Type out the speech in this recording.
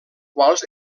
quals